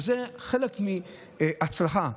זה חלק מהצלחה,